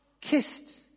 kissed